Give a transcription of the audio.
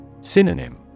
Synonym